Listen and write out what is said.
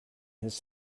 his